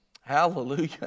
Hallelujah